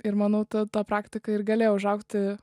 ir manau ta ta praktika ir galėjo užaugti